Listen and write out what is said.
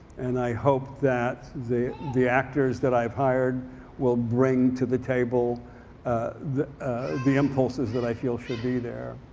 and i hope that the the actors that i've hired will bring to the table ah the the impulses that i feel should be there.